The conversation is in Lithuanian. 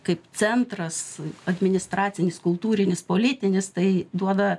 kaip centras administracinis kultūrinis politinis tai duoda